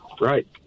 Right